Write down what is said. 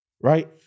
right